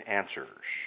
answers